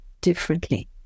differently